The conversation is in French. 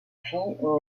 fille